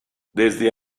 desde